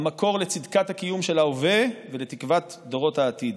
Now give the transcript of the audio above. המקור לצדקת הקיום של ההווה ולתקוות דורות העתיד.